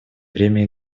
время